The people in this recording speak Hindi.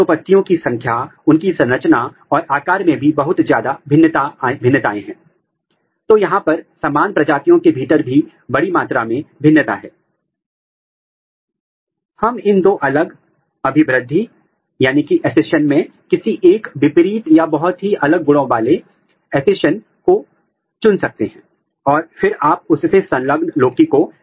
क्योंकि हम आर एन ए प्रोब को उत्पन्न कर रहे हैं तो वह प्रक्रिया तो इसमें संलग्न है वह इन विट्रो ट्रांसक्रिप्शन है और यहां पर कौन सा प्रमोटर उपलब्ध है इस आधार पर हम या तो T7 R N A polymerase अथवा T3 RMA पॉलीमरेज टॉप उपयोग कर रहे हैं